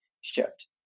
shift